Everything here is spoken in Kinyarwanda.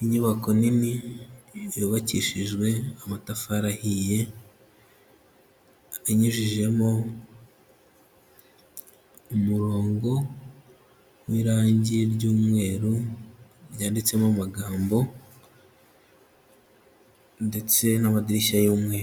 inyubako nini yubakishijwe amatafari ahiye, inyujijemo umurongo w'irange ry'umweru ryanditsemo amagambo ndetse n'amadirishya y'umweru.